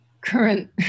current